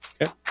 Okay